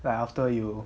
like after you